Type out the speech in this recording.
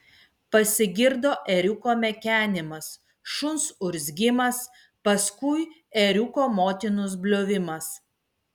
pasigirdo ėriuko mekenimas šuns urzgimas paskui ėriuko motinos bliovimas